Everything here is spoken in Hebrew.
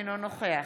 אינו נוכח